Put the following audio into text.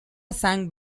sang